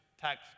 tax